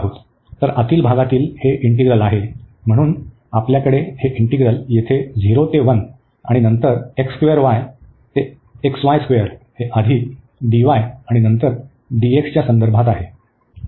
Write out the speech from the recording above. तर आतील भागातील हे इंटीग्रल आहे म्हणून आपल्याकडे हे इंटीग्रल येथे 0 ते 1 आणि नंतर हे आधी आणि नंतर dx च्या संदर्भात आहे